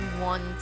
want